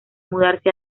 mudarse